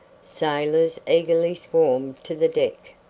sailors eagerly swarmed to the deck.